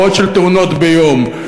מאות תאונות ביום,